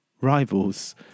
rivals